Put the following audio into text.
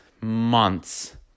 months